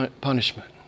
punishment